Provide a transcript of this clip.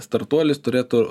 startuolis turėtų